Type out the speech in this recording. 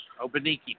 Obaniki